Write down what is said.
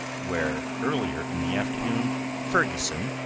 where earlier in the afternoon ferguson,